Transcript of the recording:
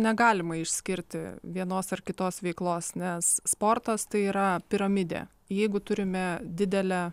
negalima išskirti vienos ar kitos veiklos nes sportas tai yra piramidė jeigu turime didelę